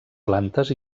plantes